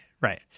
right